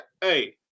hey